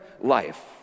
life